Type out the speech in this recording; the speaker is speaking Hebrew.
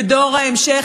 ודור ההמשך,